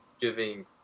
giving